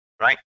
right